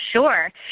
sure